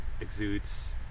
exudes